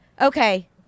okay